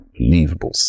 Unbelievable